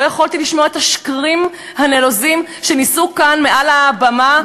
לא יכולתי לשמוע את השקרים הנלוזים שניסו כאן מעל הבמה,